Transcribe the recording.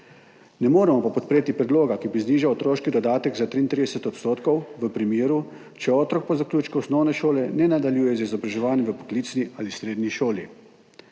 Ne moremo pa podpreti predloga, ki bi znižal otroški dodatek za 33 % v primeru, če otrok po zaključku osnovne šole ne nadaljuje z izobraževanjem v poklicni ali srednji šoli.